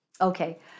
Okay